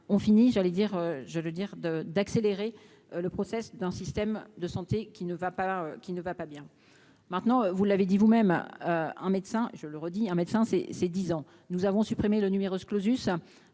dire, j'allais dire de d'accélérer le process d'un système de santé qui ne va pas, qui ne va pas bien, maintenant, vous l'avez dit vous-même, un médecin, je le redis, un médecin, c'est ses 10 ans nous avons supprimer le numerus clausus,